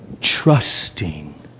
trusting